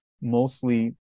mostly